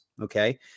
Okay